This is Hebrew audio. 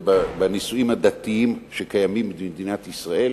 בנישואים הדתיים שקיימים במדינת ישראל